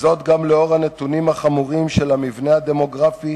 וזאת גם לאור הנתונים החמורים של המבנה הדמוגרפי